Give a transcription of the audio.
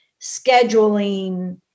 scheduling